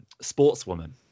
Sportswoman